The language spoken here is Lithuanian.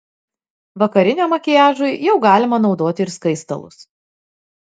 vakariniam makiažui jau galima naudoti ir skaistalus